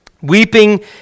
weeping